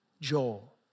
Joel